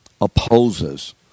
opposes